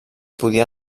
podia